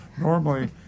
normally